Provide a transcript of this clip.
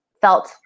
felt